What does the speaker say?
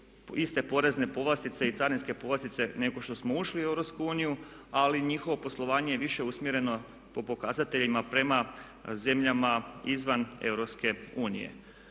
iste porezne povlastice i carinske povlastice nego što smo ušli u EU ali njihovo poslovanje je više usmjereno po pokazateljima prema zemljama izvan EU.